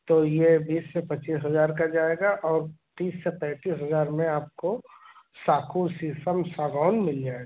तो यह बीस से पच्चीस हज़ार का जाएगा और तीस से पैंतीस हज़ार में आपको साखू शीशम सागवान मिल जाएगी